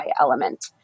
element